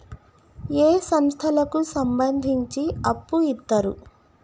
ఏ సంస్థలకు సంబంధించి అప్పు ఇత్తరు?